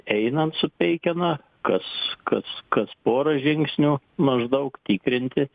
einant su peikena kas kas kas porą žingsnių maždaug tikrinti